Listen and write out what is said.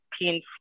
teens